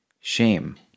shame